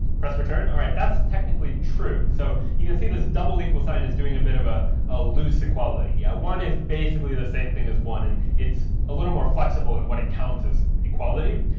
press return, all right, that's technically true. so you can see this double equal sign is doing a bit of ah a loose equality. yeah, one is basically the same thing as one, and it's a little more flexible in what it counts as equality,